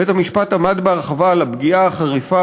בית-המשפט עמד בהרחבה על הפגיעה החריפה